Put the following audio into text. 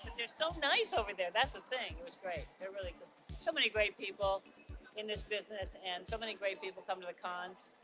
they're so nice over there, that's the thing, it was great. they're really good so many great people in this business and so many great people come to the cons.